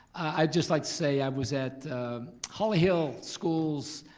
i'd just like to say i was at holly hill schools